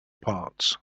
parts